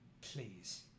Please